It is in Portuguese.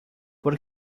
por